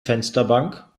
fensterbank